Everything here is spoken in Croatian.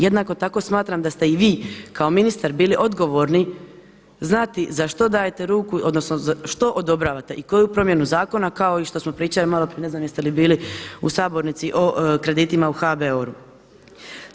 Jednako tako smatram da ste i vi kao ministar bili odgovorni znati za što dajte ruku, odnosno što odobravate i koju promjenu zakona kao i što smo pričali maloprije, ne znam jeste li bili u sabornici o kreditima o HBOR-u.